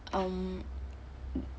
um